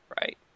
Right